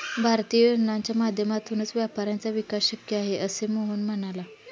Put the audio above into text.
भारतीय योजनांच्या माध्यमातूनच व्यापाऱ्यांचा विकास शक्य आहे, असे मोहन म्हणाला